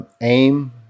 aim